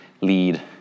lead